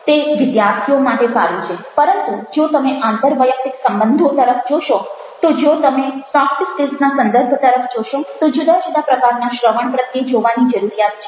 તે વિદ્યાર્થીઓ માટે સારું છે પરંતુ જો તમે આંતરવૈયક્તિક સંબંધો તરફ જોશો તો જો તમે સોફ્ટ સ્કિલ્સના સંદર્ભ તરફ જોશો તો જુદા જુદા પ્રકારનાં શ્રવણ પ્રત્યે જોવાની જરૂરિયાત છે